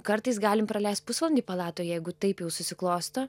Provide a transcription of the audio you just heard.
kartais galim praleist pusvalandį palatoj jeigu taip jau susiklosto